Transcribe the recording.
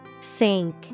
Sink